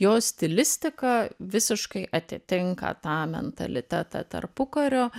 jo stilistika visiškai atitinka tą mentalitetą tarpukario